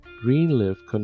Greenleaf